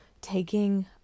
taking